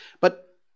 But